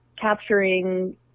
capturing